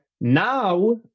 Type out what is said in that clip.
now